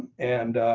and